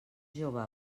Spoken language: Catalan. jove